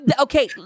okay